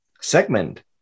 segment